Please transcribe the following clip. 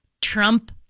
Trump